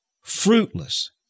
fruitless